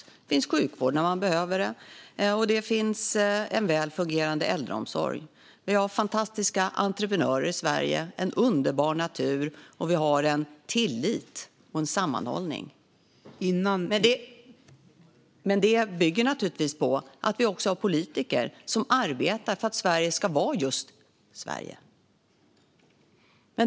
Det finns sjukvård när man behöver det, och det finns en väl fungerande äldreomsorg. Vi har fantastiska entreprenörer i Sverige, en underbar natur, och vi har en tillit och en sammanhållning. Men det bygger naturligtvis på att vi också har politiker som arbetar för att Sverige ska vara just Sverige.